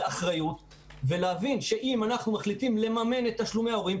באחריות ולהבין שאם אנחנו מחליטים לממן את תשלומי ההורים,